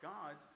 God